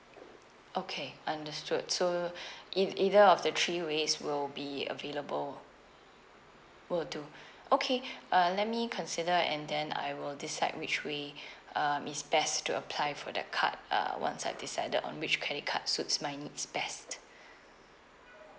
okay understood so ei~ either of the three ways will be available will do okay uh let me consider and then I will decide which way um is best to apply for that card uh once I've decided on which credit card suits my needs best